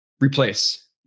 replace